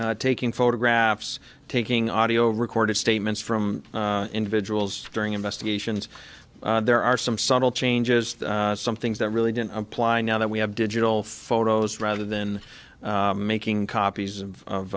to taking photographs taking audio recorded statements from individuals during investigations there are some subtle changes some things that really didn't apply now that we have digital photos rather than making copies of